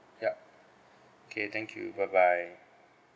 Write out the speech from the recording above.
yup K thank you bye bye